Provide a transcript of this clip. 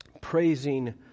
praising